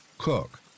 Cook